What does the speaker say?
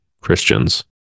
Christians